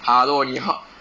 hello 你喝